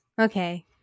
okay